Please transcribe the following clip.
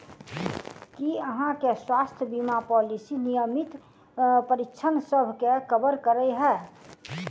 की अहाँ केँ स्वास्थ्य बीमा पॉलिसी नियमित परीक्षणसभ केँ कवर करे है?